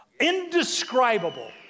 indescribable